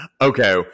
Okay